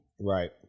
Right